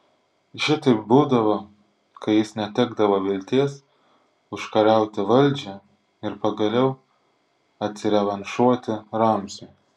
šitaip būdavo kai jis netekdavo vilties užkariauti valdžią ir pagaliau atsirevanšuoti ramziui